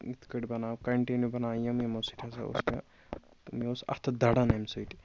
یِتھ کٲٹھۍ بَناو کَنٹِنیوٗ بَناو یِم یِمو سۭتۍ ہسا اوس مےٚ تہٕ مےٚ اوس اَتھٕ دَران اَمہِ سۭتۍ